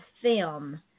film